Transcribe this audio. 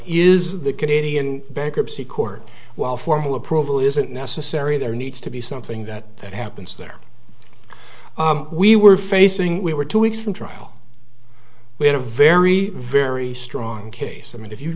is the canadian bankruptcy court while formal approval isn't necessary there needs to be something that happens there we were facing we were two weeks from trial we had a very very strong case i mean if you